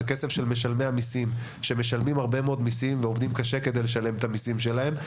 זה כסף של משלמי המיסים שעובדים מאוד קשה כדי לשלם את המיסים שלהם.